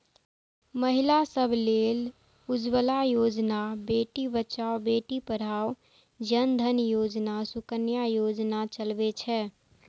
महिला सभ लेल उज्ज्वला योजना, बेटी बचाओ बेटी पढ़ाओ, जन धन योजना, सुकन्या योजना चलै छै